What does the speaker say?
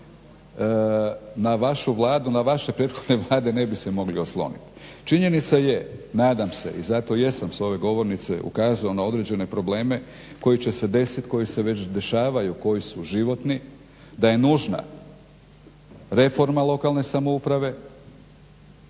Na vašu Vladu, na vaše prethodne Vlade ne bi se mogli osloniti. Činjenica je nadam se i zato jesam s ove govornice ukazao na određene probleme koji će se desit, koji se već dešavaju, koji su životni, da je nužna reforma lokalne samouprave